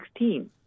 2016